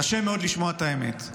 קשה מאוד לשמוע את האמת,